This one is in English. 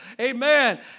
amen